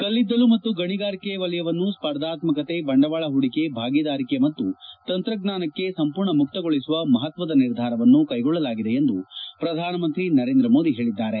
ಕಲ್ಲಿದ್ದಲು ಮತ್ತು ಗಣಿಗಾರಿಕೆಗೆ ವಲಯವನ್ನು ಸ್ಪರ್ಧಾತ್ಮಕತೆ ಬಂಡವಾಳ ಹೂಡಿಕೆ ಭಾಗೀದಾರಿಕೆ ಮತ್ತು ತಂತ್ರಜ್ಞಾನಕ್ಕೆ ಸಂಪೂರ್ಣ ಮುಕ್ತಗೊಳಿಸುವ ಮಹತ್ವದ ನಿರ್ಧಾರವನ್ನು ತೆಗೆದುಕೊಳ್ಳಲಾಗಿದೆ ಎಂದು ಪ್ರಧಾನಮಂತ್ರಿ ನರೇಂದ್ರ ಮೋದಿ ಹೇಳಿದ್ದಾರೆ